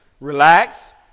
Relax